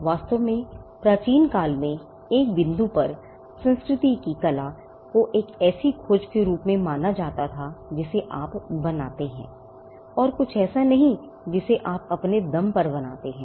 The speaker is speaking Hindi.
वास्तव में प्राचीन काल में एक बिंदु पर संस्कृति की कला एक ऐसी खोज के रूप में माना जाता था जिसे आप बनाते हैं और कुछ ऐसा नहीं जिसे आप अपने दम पर बनाते हैं